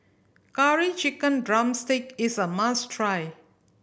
Curry Chicken drumstick is a must try